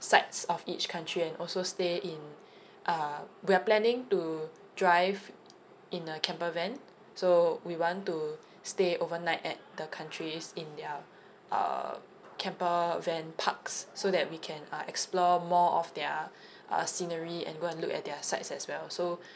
sites of each country and also stay in uh we are planning to drive in a camper van so we want to stay overnight at the country is in their uh camper van parks so that we can uh explore more of their uh scenery and go and look at their sites as well so